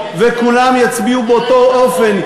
וכולם יצביעו באותו אופן,